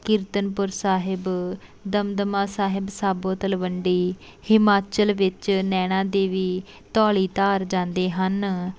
ਕੀਰਤਪੁਰ ਸਾਹਿਬ ਦਮਦਮਾ ਸਾਹਿਬ ਸਾਬੋ ਤਲਵੰਡੀ ਹਿਮਾਚਲ ਵਿੱਚ ਨੈਣਾਂ ਦੇਵੀ ਧੋਲੀ ਧਾਰ ਜਾਂਦੇ ਹਨ